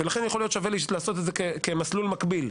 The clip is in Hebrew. ולכן שווה לעשות את זה כמסלול מקביל.